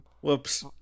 Whoops